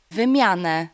wymianę